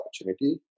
opportunity